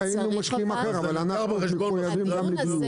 משקיעים אחרת, אבל אנחנו מחויבים גם לדיור.